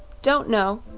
don't know,